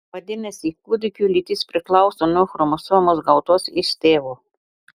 vadinasi kūdikio lytis priklauso nuo chromosomos gautos iš tėvo